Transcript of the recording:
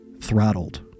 throttled